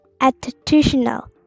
attitudinal